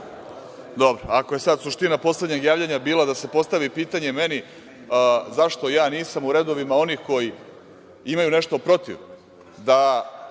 Orlić** Ako je sad suština poslednjeg javljanja bila da se postavi pitanje meni zašto nisam u redovima onih koji imaju nešto protiv da